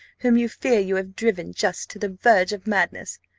whom you fear you have driven just to the verge of madness.